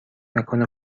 مکان